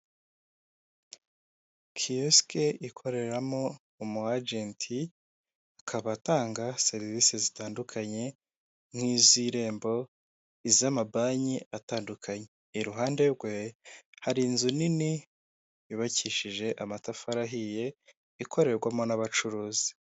Kiyosike ikoreramo umu ajenti akaba atanga serivisi zitandukanye nk'iz'irembo, iz'amabanki atandukanye. Iruhande rwe hari inzu nini yubakishije amatafari ahiye, ikorerwamo n'abacuruzi.